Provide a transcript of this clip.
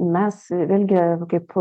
mes vėlgi kaip